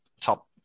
top